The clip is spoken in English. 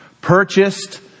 Purchased